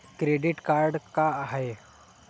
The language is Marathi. क्रेडिट कार्ड का हाय?